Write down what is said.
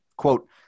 Quote